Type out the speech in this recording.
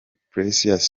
precious